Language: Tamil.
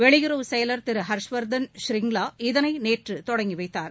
வெளியுறவு செயலர்திருஹர்ஷ் வர்தன் ஷ்ரிங்க்ளா இதனைநேற்றுதொடங்கிவைத்தார்